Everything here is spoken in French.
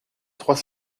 trois